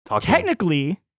Technically